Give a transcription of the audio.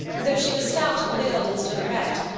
though she was stout in build and stood erect,